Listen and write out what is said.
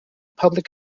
public